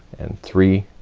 and three,